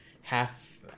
half